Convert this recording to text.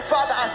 Father